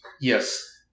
yes